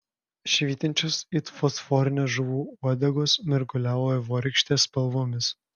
švytinčios it fosforinės žuvų uodegos mirguliavo vaivorykštės spalvomis